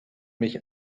mich